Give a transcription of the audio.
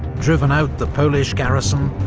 driven out the polish garrison,